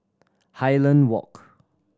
Highland Walk